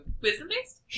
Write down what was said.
wisdom-based